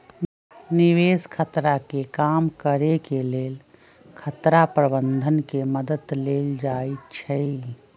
निवेश खतरा के कम करेके लेल खतरा प्रबंधन के मद्दत लेल जाइ छइ